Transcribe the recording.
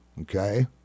Okay